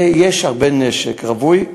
ויש הרבה נשק, רווי.